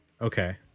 Okay